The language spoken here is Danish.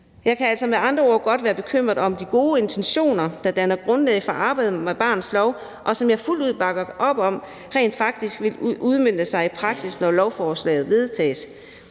Jeg kan altså med andre ord godt være bekymret for, om de gode intentioner, der danner grundlag for arbejdet med barnets lov, og som jeg fuldt ud bakker op om, rent faktisk vil udmønte sig i praksis, når lovforslaget er vedtaget.